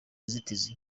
inzitizi